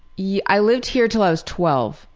yeah i lived here until i was twelve,